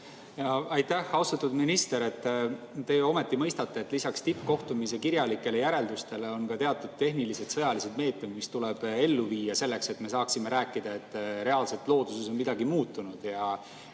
Aitäh! Austatud minister! Te ju ometi mõistate, et lisaks tippkohtumise kirjalikele järeldustele on ka teatud tehnilised-sõjalised meetmed, mis tuleb ellu viia selleks, et me saaksime rääkida, et reaalselt looduses on midagi muutunud.